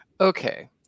okay